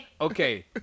Okay